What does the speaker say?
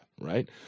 right